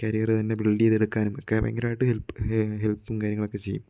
career തന്നെ build ചെയ്തെടുക്കാനും ഒക്കെ ഭയങ്കരമായിട്ട് ഹെൽപ്പ് ഹെ ഹെൽപ്പും കാര്യങ്ങളും ഒക്കെ ചെയ്യും